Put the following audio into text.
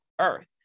earth